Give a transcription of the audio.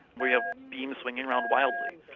where you have beams slinging around wildly.